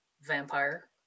vampire